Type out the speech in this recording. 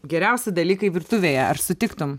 geriausi dalykai virtuvėje ar sutiktum